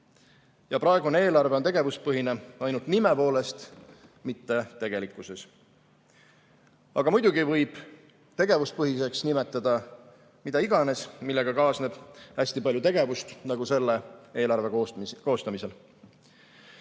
Praegune eelarve on tegevuspõhine ainult nime poolest, mitte tegelikkuses. Aga muidugi võib tegevuspõhiseks nimetada mida iganes, millega kaasneb hästi palju tegevust, nagu selle eelarve koostamisel. Muide,